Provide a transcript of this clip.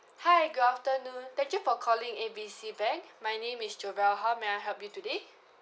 hi good afternoon thank you for calling A B C bank my name is jobell how may I help you today